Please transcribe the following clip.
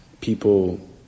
people